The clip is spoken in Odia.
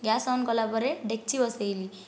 ଗ୍ୟାସ୍ ଅନ୍ କଲାପରେ ଡେକ୍ଚି ବସାଇଲି